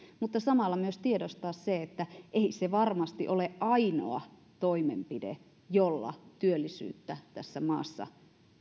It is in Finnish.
mutta samalla täytyy myös tiedostaa se että ei se varmasti ole ainoa toimenpide jolla työllisyyttä tässä maassa